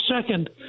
Second